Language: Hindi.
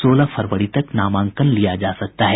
सोलह फरवरी तक नामांकन लिया जा सकता है